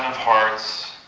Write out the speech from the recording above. hearts.